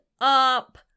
up